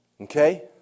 Okay